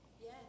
yes